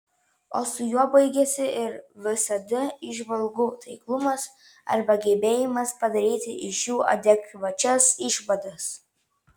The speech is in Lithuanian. o su juo baigiasi ir vsd įžvalgų taiklumas arba gebėjimas padaryti iš jų adekvačias išvadas